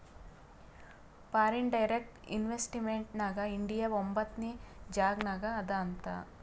foreign direct investment ನಾಗ್ India ಒಂಬತ್ನೆ ಜಾಗನಾಗ್ ಅದಾ ಅಂತ್